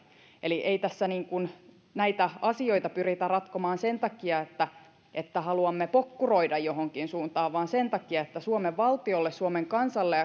eli ei tässä näitä asioita pyritä ratkomaan sen takia että että haluamme pokkuroida johonkin suuntaan vaan sen takia että suomen valtiolle suomen kansalle